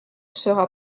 sera